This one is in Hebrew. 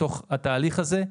בתוך התהליך הזה,